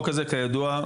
כידוע,